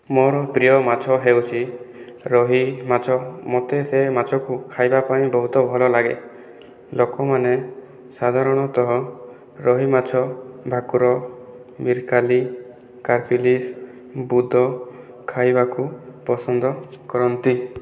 ମୋର ପ୍ରିୟ ମାଛ ହେଉଛି ରୋହି ମାଛ ମୋତେ ସେ ମାଛକୁ ଖାଇବା ପାଇଁ ବହୁତ ଭଲ ଲାଗେ ଲୋକମାନେ ସାଧାରଣତଃ ରୋହି ମାଛ ଭାକୁର ମିର୍କାଲି କାରପିଲିଶ ବୁଦ ଖାଇବାକୁ ପସନ୍ଦ କରନ୍ତି